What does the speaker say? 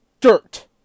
dirt